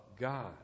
God